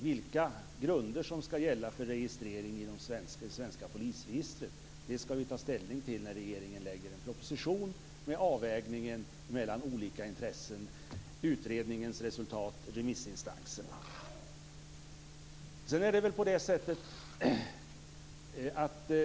Vilka grunder som skall gälla för registrering i det svenska polisregistret skall vi ta ställning till när regeringen lägger fram en proposition med avvägningen mellan olika intressen, utredningens resultat och remissinstansernas svar.